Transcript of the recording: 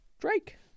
Drake